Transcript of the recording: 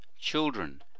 children